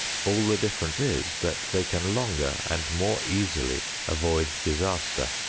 all the difference is that they can longer and more easily avoid disaster.